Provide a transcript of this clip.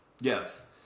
Yes